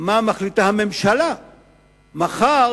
על מה שהממשלה מחליטה,